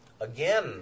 again